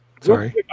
sorry